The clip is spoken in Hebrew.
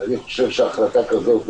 אני רוצה להתייחס.